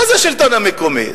מה זה השלטון המקומי?